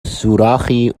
سوراخی